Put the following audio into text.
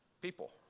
people